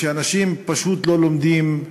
אנשים פשוט לא לומדים,